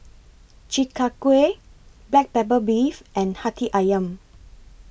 Chi Kak Kuih Black Pepper Beef and Hati Ayam